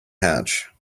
hatch